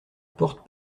porte